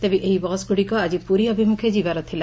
ତେବେ ଏହି ବସ୍ଗୁଡ଼ିକ ଆକି ପୁରୀ ଅଭିମୁଖେ ଯିବାର ଥିଲା